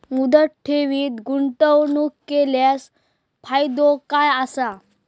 मुदत ठेवीत गुंतवणूक केल्यास फायदो काय आसा?